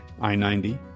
I-90